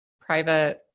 private